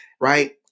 right